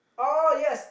oh yes